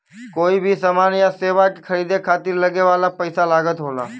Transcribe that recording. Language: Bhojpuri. कोई भी समान या सेवा के खरीदे खातिर लगे वाला पइसा लागत होला